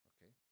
Okay